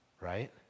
Right